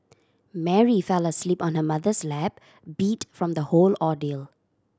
Mary fell asleep on her mother's lap beat from the whole ordeal